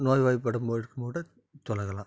நோய்வாய்ப்படும் போது கூட தொழுகலாம்